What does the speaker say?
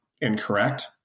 incorrect